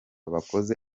bakoze